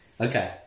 Okay